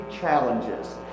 challenges